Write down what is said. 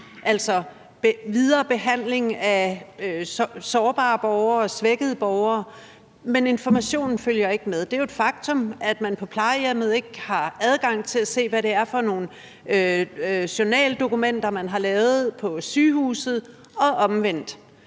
altså viderebehandling af sårbare borgere og svækkede borgere – men informationen følger ikke med. Det er jo et faktum, at man på plejehjemmet ikke har adgang til at se, hvad det er for nogle journaldokumenter, man har lavet på sygehuset, og omvendt.